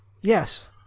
Yes